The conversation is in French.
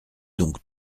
donc